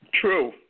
True